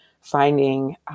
finding